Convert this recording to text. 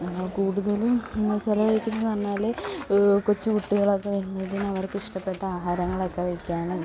ഞങ്ങൾ കൂടുതലും ഇന്ന് ചില വീട്ടിൽ എന്ന് പറഞ്ഞാൽ കൊച്ചു കുട്ടികളൊക്കെ വരുന്നതിന് അവർക്ക് ഇഷ്ടപ്പെട്ട ആഹാരങ്ങളൊക്കെ വയ്ക്കാനും